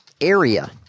area